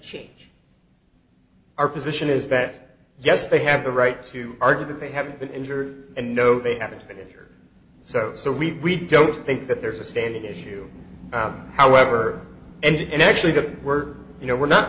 change our position is that yes they have the right to argue that they haven't been injured and no they haven't been injured so so we don't think that there's a standard issue however and actually that we're you know we're not